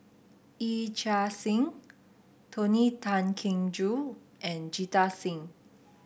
Yee Chia Hsing Tony Tan Keng Joo and Jita Singh